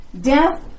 death